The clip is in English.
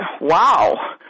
wow